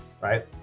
right